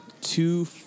two